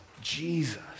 Jesus